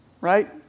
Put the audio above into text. right